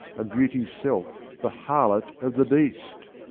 and beauty's self the harlot of the beast?